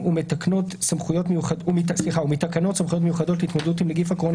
בתקנות סמכויות מיוחדות להתמודדות עם נגיף הקורונה